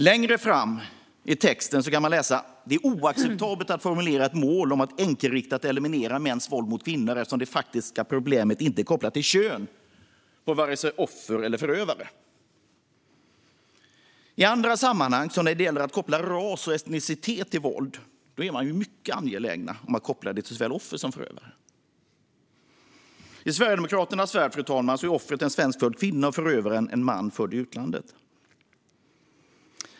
Längre fram i texten kan man läsa att det är "oacceptabelt att formulera ett mål om att enkelriktat eliminera mäns våld mot kvinnor, eftersom det faktiska problemet inte är kopplat till kön på vare sig offer eller förövare". I andra sammanhang som när det gäller att koppla ras och etnicitet till våld är man mycket angelägen att koppla det till såväl offer som förövare. I Sverigedemokraternas värld, fru talman, är offret en svenskfödd kvinna och förövaren en man född i utlandet.